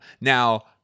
Now